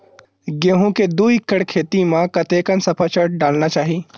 गेहूं के दू एकड़ खेती म कतेकन सफाचट डालना चाहि?